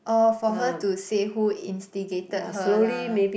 or for her to say who instigated her lah